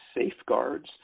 safeguards